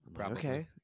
okay